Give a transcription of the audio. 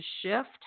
shift